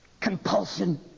compulsion